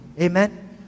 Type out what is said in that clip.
Amen